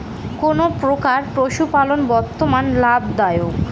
কোন প্রকার পশুপালন বর্তমান লাভ দায়ক?